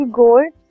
gold